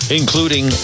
including